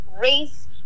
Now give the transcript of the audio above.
race